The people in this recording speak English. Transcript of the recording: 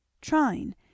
trying